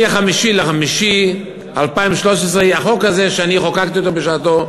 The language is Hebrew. מ-5 במאי 2013, החוק הזה שאני חוקקתי אותו בשעתו,